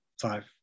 five